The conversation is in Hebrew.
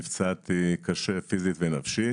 נפצעתי קשה פיסית ונפשית.